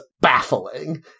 baffling